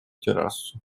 террасу